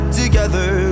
together